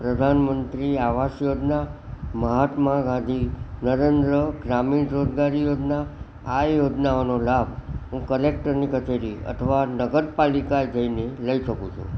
પ્રધાન મંત્રી આવાસ યોજના મહાત્મા ગાંધી નરેન્દ્ર ગ્રામીણ રોજગારી યોજના આ યોજનાઓનો લાભ હું કલેકટરની કચેરીએ અથવા નગર પાલિકા જઈને લઈ શકું છું